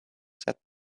said